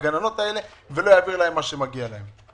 ולא יעביר את מה שמגיע להם,